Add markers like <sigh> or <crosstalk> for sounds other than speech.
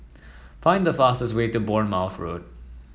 <noise> find the fastest way to Bournemouth Road